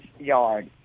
yard